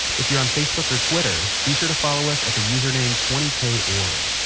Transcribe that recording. if you're on facebook or twitter, be sure to follow us at the username twenty k org.